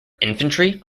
infantry